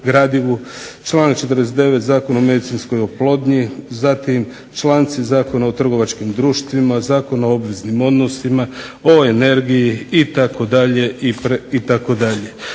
gradivu, članak 49. Zakona o medicinskoj oplodnji, zatim članci Zakona o trgovačkim društvima, Zakona o obveznim odnosima, o energiji itd., itd.